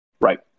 Right